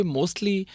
Mostly